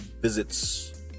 visits